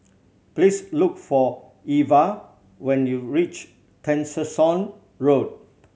please look for Irva when you reach Tessensohn Road